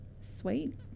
Sweet